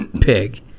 pig